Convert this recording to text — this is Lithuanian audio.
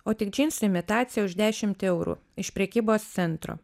o tik džinsų imitacija už dešimt eurų iš prekybos centro